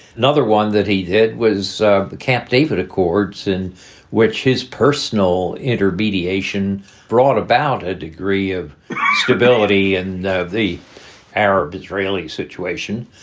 another one that he did. was ah the camp david accords, in which his personal intermediation brought about a degree of ah stability and the the arab-israeli situation.